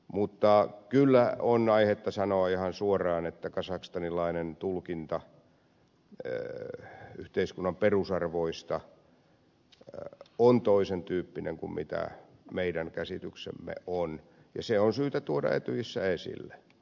mutta kyllä on aihetta sanoa ihan suoraan että kazakstanilainen tulkinta yhteiskunnan perusarvoista on toisentyyppinen kuin mikä meidän käsityksemme on ja se on syytä tuoda etyjissä esille